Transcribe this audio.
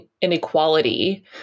inequality